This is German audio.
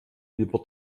lieber